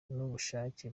n’ubushake